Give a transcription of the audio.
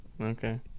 Okay